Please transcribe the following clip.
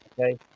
okay